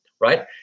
right